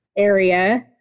Area